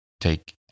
take